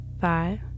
five